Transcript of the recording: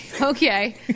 Okay